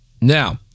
now